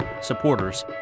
supporters